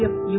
F U